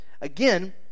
Again